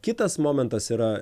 kitas momentas yra